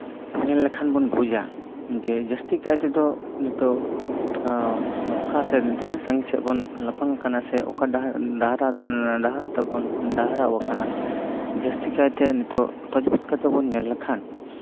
ᱧᱮᱞ ᱞᱮᱠᱷᱟᱱ ᱵᱚᱱ ᱵᱩᱡᱟ ᱡᱮ ᱡᱟᱹᱥᱛᱤ ᱠᱟᱭ ᱛᱮᱫᱚ ᱱᱤᱛᱚᱜ ᱚᱠᱟ ᱥᱮᱫ ᱛᱤᱱᱟᱹᱜ ᱥᱟᱺᱜᱤᱧ ᱥᱮᱜ ᱵᱚᱱ ᱞᱟᱯᱷᱟᱝ ᱠᱟᱱᱟ ᱥᱮ ᱚᱠᱟ ᱰᱟᱦᱟᱨ ᱰᱟᱦᱟᱨ ᱛᱮᱵᱚᱱ ᱰᱟᱦᱨᱟᱣ ᱟᱠᱟᱱᱟ ᱡᱟᱹᱥᱛᱤ ᱠᱟᱭᱛᱮ ᱱᱤᱛᱚᱜ ᱛᱚᱡᱵᱤᱪ ᱠᱟᱛᱮᱜ ᱵᱚᱱ ᱧᱮᱞ ᱞᱮᱠᱲᱷᱟᱱ